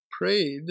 prayed